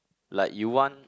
like you want